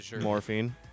Morphine